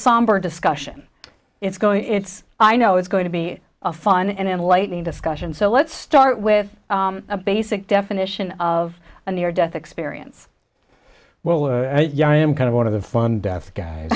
somber discussion it's going it's i know it's going to be a fun and enlightening discussion so let's start with a basic definition of a near death experience well yeah i am kind of one of the fun deaf guys